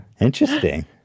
Interesting